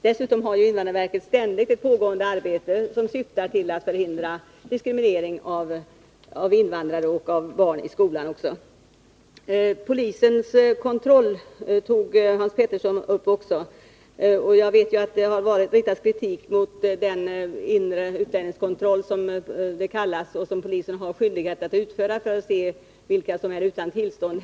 Dessutom har invandrarverket ständigt ett pågående arbete, som syftar till att förhindra diskriminering av invandrare, även av barn i skolan. Hans Pettersson tog också upp polisens utlänningskontroll. Jag vet att det har riktats kritik mot den s.k. inre utlänningskontrollen, som polisen har skyldighet att utföra för att kontrollera om personer vistas här utan tillstånd.